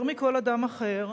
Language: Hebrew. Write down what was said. יותר מכל אדם אחר,